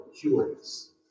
curious